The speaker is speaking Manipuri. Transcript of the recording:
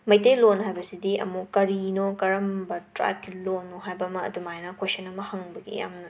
ꯃꯩꯇꯩꯂꯣꯟ ꯍꯥꯏꯕꯁꯤꯗꯤ ꯑꯃꯨꯛ ꯀꯔꯤꯅꯣ ꯀꯔꯝꯕ ꯇ꯭ꯔꯥꯏꯕꯀꯤ ꯂꯣꯟꯅꯣ ꯍꯥꯏꯕꯃ ꯑꯗꯨꯃꯥꯏꯅ ꯀ꯭ꯋꯦꯁꯟ ꯑꯃ ꯍꯪꯕꯒꯤ ꯌꯥꯝꯅ